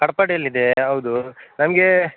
ಕಟ್ಪಾಡಿಯಲ್ಲಿದೆಯೇ ಹೌದು ನಮಗೆ